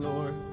Lord